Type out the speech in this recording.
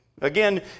Again